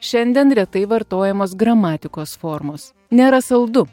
šiandien retai vartojamos gramatikos formos nėra saldu